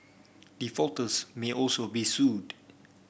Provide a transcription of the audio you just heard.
defaulters may also be sued